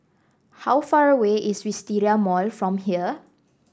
how far away is Wisteria Mall from here